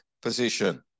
position